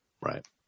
Right